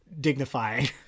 dignifying